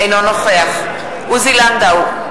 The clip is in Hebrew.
אינו נוכח עוזי לנדאו,